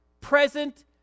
present